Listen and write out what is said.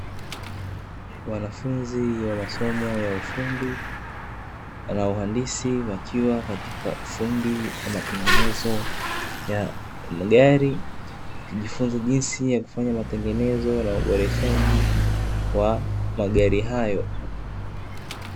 Wanafunzi wa masomo ya ufundi na uhandisi wakiwa katika ufundi wa matengenezo ya magari, wakijifunza jinsi ya kufanya matengenezo na uboreshaji wa magari hayo.